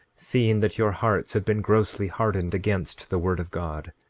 seeing that your hearts have been grossly hardened against the word of god,